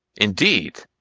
indeed!